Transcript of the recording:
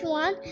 one